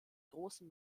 großen